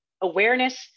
awareness